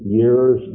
years